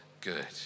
good